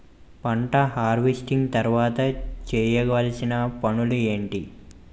పంట హార్వెస్టింగ్ తర్వాత చేయవలసిన పనులు ఏంటి?